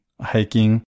hiking